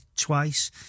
twice